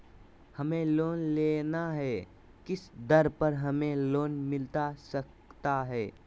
हमें लोन लेना है किस दर पर हमें लोन मिलता सकता है?